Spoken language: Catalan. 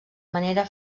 manera